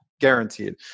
guaranteed